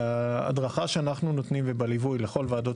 בהדרכה שאנחנו נותנים ובליווי לכל ועדות